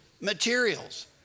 materials